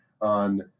on